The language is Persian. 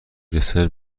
دسر